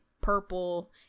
purple